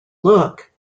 look